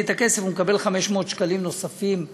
את הכסף הוא מקבל 500 שקלים נוספים מהאוצר,